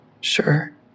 Sure